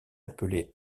appelée